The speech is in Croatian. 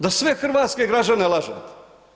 Da sve hrvatske građane lažete?